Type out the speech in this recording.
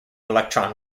electron